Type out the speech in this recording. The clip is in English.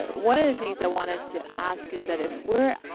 so one of the things i wanted to ask is that if we're,